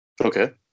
Okay